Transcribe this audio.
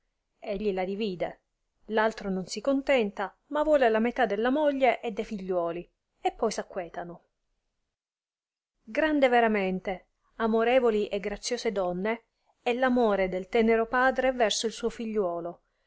egli la divide l altro non si contenta ma vuole la metà della moglie e de figliuoli e poi s aquetano grande veramente amorevoli e graziose donne è r amore del tenero padre verso il suo figliuolo